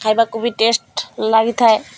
ଖାଇବାକୁ ବି ଟେଷ୍ଟ ଲାଗିଥାଏ